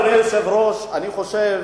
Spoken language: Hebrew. אדוני היושב-ראש, אני חושב,